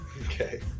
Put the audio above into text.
Okay